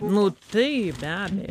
nu taip be abejo